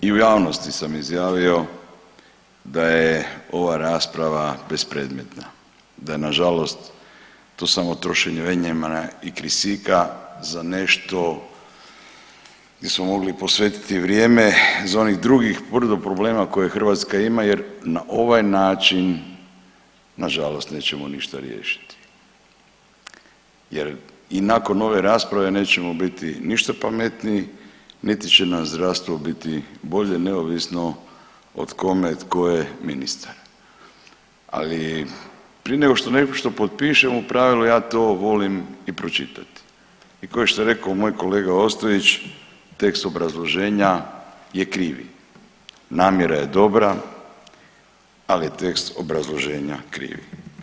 I u javnosti sam izjavio da je ova rasprava bespredmetna, da je nažalost to samo trošenje vremena i kisika za nešto gdje smo mogli posvetiti vrijeme za onih drugih brdo problema koje Hrvatska ima jer na ovaj način nažalost nećemo ništa riješiti jer i nakon ove rasprave nećemo biti ništa pametniji, niti će nam zdravstvo biti bolje neovisno od kome tko je ministar, ali prije nego što nešto potpišem u pravilu ja to volim i pročitati i košto je rekao moj kolega Ostojić tekst obrazloženja je krivi, namjera je dobra, ali tekst obrazloženja krivi.